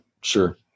sure